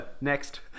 Next